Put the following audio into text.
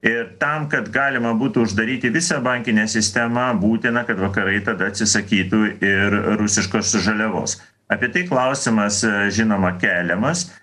ir tam kad galima būtų uždaryti visą bankinę sistemą būtina kad vakarai tada atsisakytų ir rusiškos žaliavos apie tai klausimas žinoma keliamas